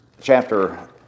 Chapter